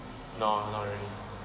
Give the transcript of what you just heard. no not really